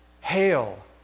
hail